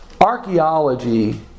Archaeology